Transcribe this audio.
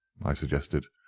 i suggested.